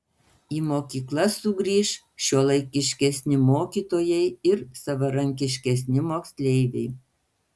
į mokyklas sugrįš šiuolaikiškesni mokytojai ir savarankiškesni moksleiviai